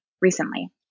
recently